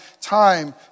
time